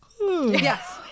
Yes